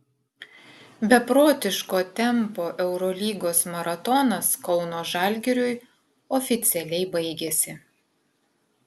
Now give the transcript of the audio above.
beprotiško tempo eurolygos maratonas kauno žalgiriui oficialiai baigėsi